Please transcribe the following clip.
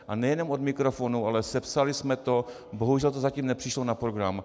A nejenom od mikrofonu, ale sepsali jsme to, bohužel to zatím nepřišlo na program.